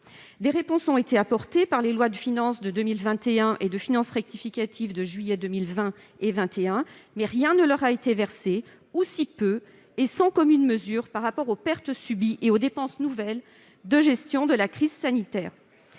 Des réponses ont été apportées par les lois de finances pour 2021 et de finances rectificatives de juillet 2020 et de juillet 2021, mais rien ne leur a été versé, ou si peu, et sans commune mesure par rapport aux pertes subies et aux dépenses nouvelles de gestion de la crise sanitaire.